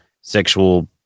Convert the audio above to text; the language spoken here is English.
sexual